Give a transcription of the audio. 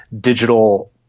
digital